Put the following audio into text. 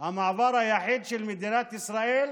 השמינית של המדינה לדחיית חוק הגיוס,